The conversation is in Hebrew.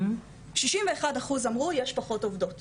61% אמרו שיש פחות עובדות